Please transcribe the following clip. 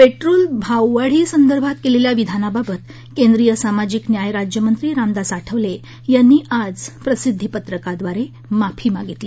petrol भाववाढीसंदर्भात केलेल्या विधानाबाबत केंद्रीय सामाजिक न्याय राज्यमंत्री रामदास आठवले यांनी आज प्रसिद्वी पत्रकाद्वारे माफी मागितली